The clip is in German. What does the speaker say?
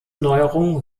neuerungen